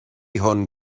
hwn